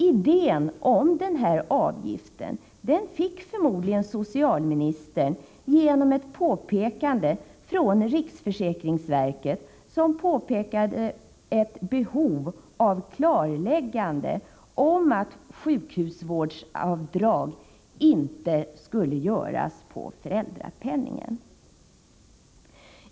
Idén om denna avgift fick förmodligen socialministern genom att riksförsäkringsverket pekade på ett behov av klarläggande om att sjukhusvårdsavdrag inte skall göras på föräldrapenningen.